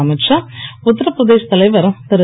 அமீத்ஷா உத்தரபிரதேஷ் தலைவர் திரு